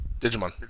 Digimon